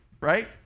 Right